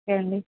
అదే అండి